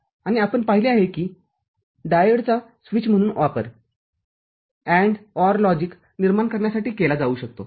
आणि आपण पाहिले आहे किडायोडचा स्विच म्हणून वापर AND OR लॉजिक निर्माण करण्यासाठी केला जाऊ शकतो